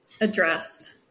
addressed